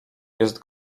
jest